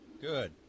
Good